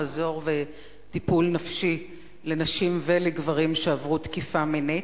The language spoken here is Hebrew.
מזור וטיפול נפשי לנשים וגברים שעברו תקיפה מינית.